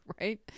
Right